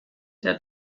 der